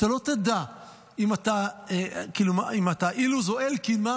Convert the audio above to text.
שאתה לא תדע אם אתה אילוז או אלקין,